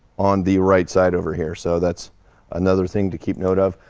on the right side over here. so that's another thing to keep note of.